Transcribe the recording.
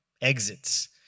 Exits